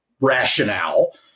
rationale